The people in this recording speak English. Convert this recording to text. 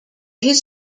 his